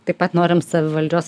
taip pat norim savivaldžios